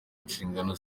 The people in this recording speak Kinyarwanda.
inshingano